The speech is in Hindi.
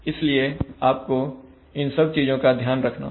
इसलिए आपको इन सब चीजों का ध्यान रखना होगा